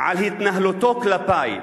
על התנהלותו כלפי.